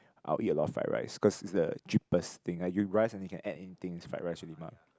I'll eat a lot of fried rice cause it's the cheapest thing like you rice and then you can add anything it's fried rice already mah